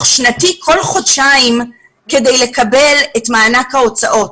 שנתי כל חודשיים כדי לקבל את מענק ההוצאות.